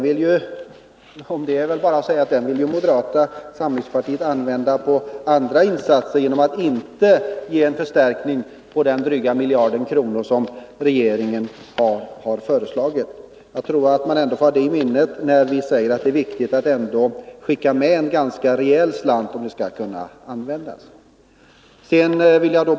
Om detta är bara att säga att den vill ju moderata samlingspartiet använda för andra insatser genom att inte ge den förstärkning på drygt 1 miljard kronor som regeringen föreslog. Jag tror att man skall ha detta i minnet när vi säger att det är viktigt att ändå skicka med en ganska rejäl slant.